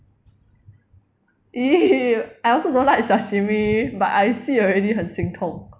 !ee! I also don't like sashimi but I see already 很心痛